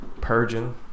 purging